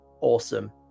awesome